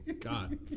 God